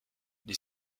les